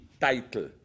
title